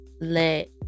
let